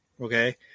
okay